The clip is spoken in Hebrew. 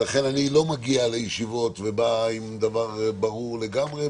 לכן אני לא מגיע לישיבות ובא עם דבר ברור לגמרי,